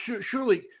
Surely